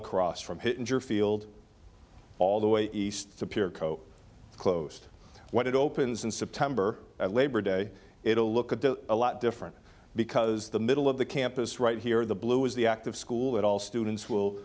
across from hitting your field all the way east to pier co closed when it opens in september at labor day it'll look at the a lot different because the middle of the campus right here the blue is the act of school that all students will